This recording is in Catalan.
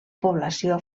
població